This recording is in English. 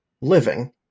living